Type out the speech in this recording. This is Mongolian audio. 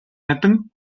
ядан